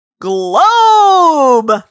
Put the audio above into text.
globe